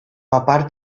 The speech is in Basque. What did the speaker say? papar